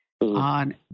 on